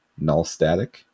nullstatic